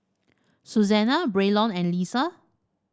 Susana Braylon and Leesa